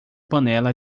panela